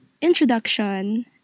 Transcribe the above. introduction